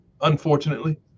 unfortunately